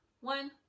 One